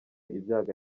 ibyago